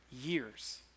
years